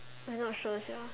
I not sure sia